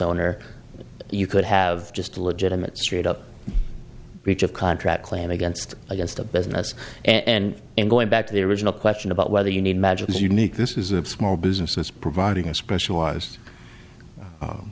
owner you could have just a legitimate straight up breach of contract claim against against a business and in going back to the original question about whether you need magic is unique this is a small business providing a specialized